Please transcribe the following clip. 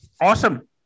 Awesome